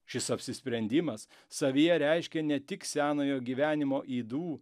šis apsisprendimas savyje reiškia ne tik senojo gyvenimo ydų